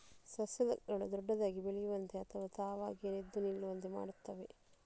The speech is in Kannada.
ಸಸ್ಯಗಳು ದೊಡ್ಡದಾಗಿ ಬೆಳೆಯುವಂತೆ ಅಥವಾ ತಾವಾಗಿಯೇ ಎದ್ದು ನಿಲ್ಲುವಂತೆ ಮಾಡುತ್ತವೆ